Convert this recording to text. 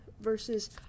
versus